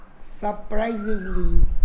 Surprisingly